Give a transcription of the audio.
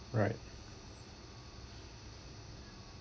right